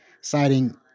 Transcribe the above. citing